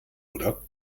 oder